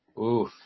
Oof